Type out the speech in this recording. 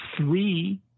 three